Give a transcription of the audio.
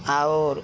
ଆଉର୍